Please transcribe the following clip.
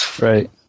Right